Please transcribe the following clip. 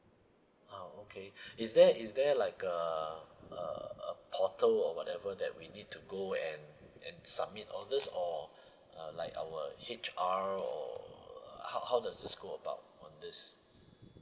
ah okay is there is there like a uh uh portal or whatever that we need to go and and submit all this or uh like our H_R or how how does this go about on this